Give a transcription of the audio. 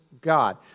God